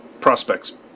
prospects